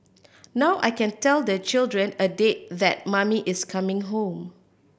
now I can tell the children a date that mummy is coming home